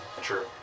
True